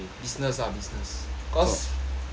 business ah business cause